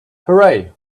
hooray